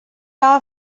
are